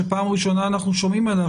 שפעם ראשונה אנחנו שומעים עליה,